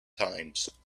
times